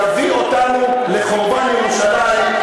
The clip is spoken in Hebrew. יביאו אותנו לחורבן ירושלים,